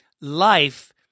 Life